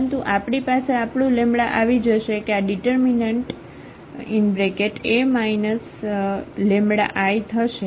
પરંતુ આપણી પાસે આપણું લેમ્બડા આવી જશે કે આ ઙીટરમીનન્ટ A λI થઈ જશે